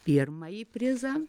pirmąjį prizą